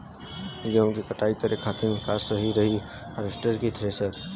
गेहूँ के कटाई करे खातिर का सही रही हार्वेस्टर की थ्रेशर?